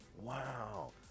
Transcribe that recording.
Wow